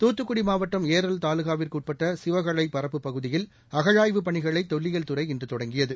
தூத்துக்குடி மாவட்டம் ஏரல் தாலுகாவிற்கு உட்பட்ட சிவகளை பரப்புப் பகுதியில் அகழாயவுப் பணிகளை தொல்லியில் துறை இன்று தொடங்கியது